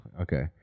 Okay